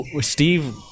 Steve